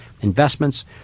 investments